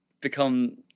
become